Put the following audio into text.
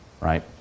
right